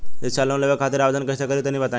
शिक्षा लोन लेवे खातिर आवेदन कइसे करि तनि बताई?